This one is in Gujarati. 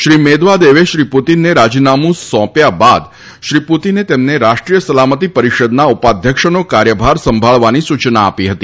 શ્રી મેદવા દેવે શ્રી પુતીનને રાજીનામુ સોપ્યા બાદ શ્રી પુતીને તેમને રાષ્ટ્રીય સલામતી પરીષદના ઉપાધ્યક્ષનો કાર્યભાર સંભાળવાની સુચના આપી હતી